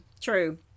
True